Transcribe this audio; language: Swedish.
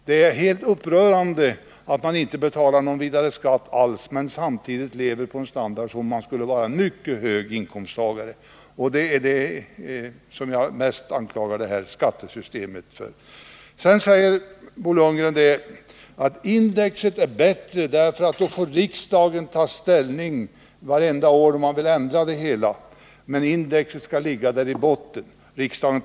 Det är upprörande att det finns folk som inte betalar någon vidare skatt alls men som samtidigt lever på samma standard som verkliga höginkomsttagare. Det är vad jag mest anklagar det här skattesystemet för. Bo Lundgren säger att det är bättre med index, därför att det innebär att riksdagen får ta ställning varje år till om man vill ändra skattebelastningen.